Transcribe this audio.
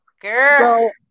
girl